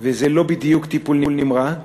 וזה לא בדיוק טיפול נמרץ,